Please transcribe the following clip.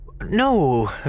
No